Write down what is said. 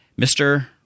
Mr